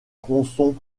tronçon